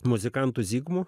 muzikantų zigmu